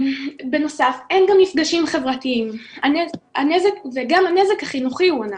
בנוסף אין גם מפגשים חברתיים וגם הנזק החינוכי הוא ענק,